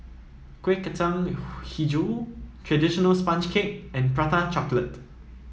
Kuih Kacang hijau traditional sponge cake and Prata Chocolate